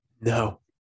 No